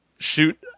shoot